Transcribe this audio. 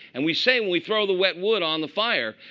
and we say when we throw the wet wood on the fire,